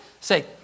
Say